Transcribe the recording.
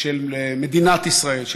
של מדינת ישראל,